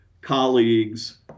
colleagues